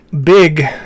big